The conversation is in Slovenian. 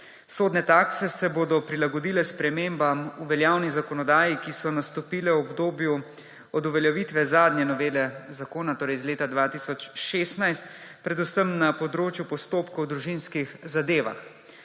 Sodne takse se bodo prilagodile spremembam v veljavni zakonodaji, ki so nastopile v obdobju od uveljavitve zadnje novele zakona, torej iz leta 2016, predvsem na področju postopkov v družinskih zadevah.